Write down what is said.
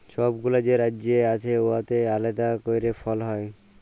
ছব গুলা যে রাজ্য আছে উয়াতে আলেদা ক্যইরে ফল হ্যয়